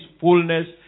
fullness